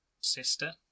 sister